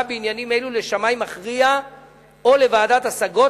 בעניינים אלה לשמאי מכריע או לוועדת השגות,